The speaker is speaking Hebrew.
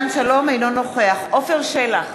אינו נוכח עפר שלח,